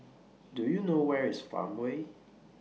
Do YOU know Where IS Farmway